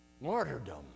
martyrdom